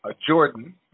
Jordan